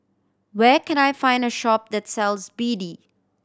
where can I find a shop that sells B D